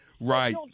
Right